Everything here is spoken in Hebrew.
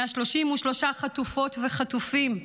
133 חטופות וחטופים,